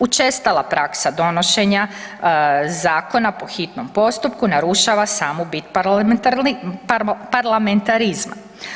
Učestala praksa donošenja zakona po hitnom postupku narušava samu bit parlamentarizma.